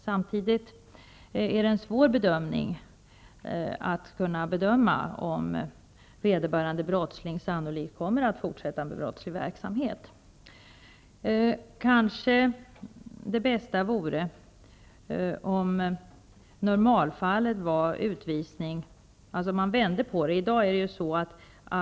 Samtidigt är det svårt att bedöma om vederbörande brottsling sannolikt kommer att fortsätta med brottslig verksamhet. Kanske det bästa vore om normalfallet var utvisning, dvs. att man vände på det.